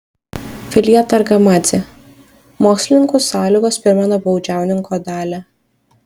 vilija targamadzė mokslininkų sąlygos primena baudžiauninko dalią